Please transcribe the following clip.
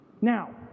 Now